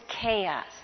chaos